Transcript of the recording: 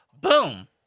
boom